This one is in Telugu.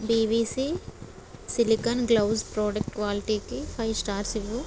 బీవీసీ సిలికాన్ గ్లవ్స్ ప్రాడక్ట్ క్వాలిటీకి ఫైవ్ స్టార్స్ ఇవ్వు